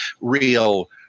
real